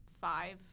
five